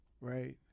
Right